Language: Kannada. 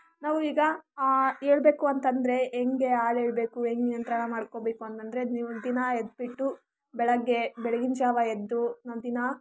ನಾವು ಈಗ ಹೇಳ್ಬೇಕು ಅಂತ ಅಂದರೆ ಹೇಗೆ ಹಾಡು ಹೇಳ್ಬೇಕು ಹೇಗೆ ನಿಯಂತ್ರಣ ಮಾಡ್ಕೋಬೇಕು ಅಂತ ಅಂದರೆ ದಿನ ಎದ್ಬಿಟ್ಟು ಬೆಳಗ್ಗೆ ಬೆಳಗ್ಗಿನ ಜಾವ ಎದ್ದು ನಾವು ದಿನ